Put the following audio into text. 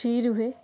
free ରୁହେ